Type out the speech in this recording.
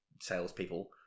salespeople